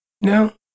No